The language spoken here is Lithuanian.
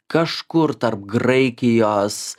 kažkur tarp graikijos